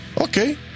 Okay